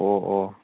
ꯑꯣ ꯑꯣ